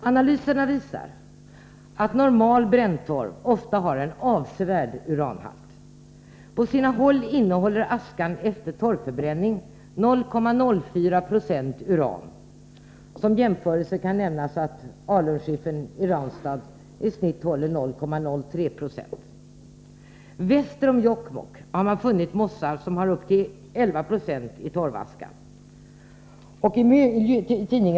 Analyserna visar att normal bränntorv ofta har en avsevärd uranhalt. På sina håll innehåller askan efter torvförbränning 0,04 90 uran. Som jämförelse kan nämnas att alunskiffern i Ranstad i genomsnitt innehåller 0,03 96 uran. Väster om Jokkmokk har man funnit mossar som har uppemot 11 96 uran i torvaskan.